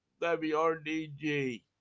WRDG